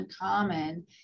uncommon